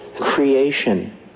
Creation